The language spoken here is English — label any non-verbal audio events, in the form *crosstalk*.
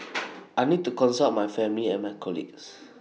*noise* I need to consult my family and my colleagues